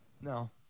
no